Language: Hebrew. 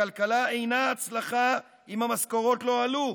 הכלכלה אינה הצלחה אם המשכורות לא עלו,